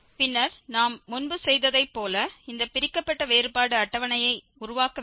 பின்னர் நாம் முன்பு செய்ததைப் போல இந்த பிரிக்கப்பட்ட வேறுபாடு அட்டவணையை உருவாக்க வேண்டும்